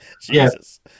Jesus